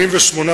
84,